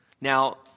Now